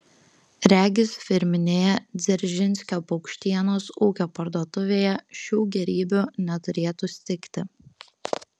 regis firminėje dzeržinskio paukštienos ūkio parduotuvėje šių gėrybių neturėtų stigti